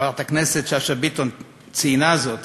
חברת הכנסת שאשא ביטון ציינה זאת